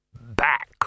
back